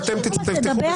ואתם תפתחו בסבב של צרחות?